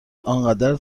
آنقدر